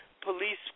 police